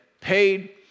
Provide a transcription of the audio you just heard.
paid